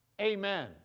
Amen